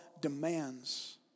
demands